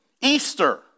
Easter